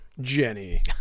Jenny